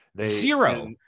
zero